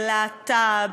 ולהט"ב,